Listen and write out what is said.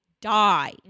die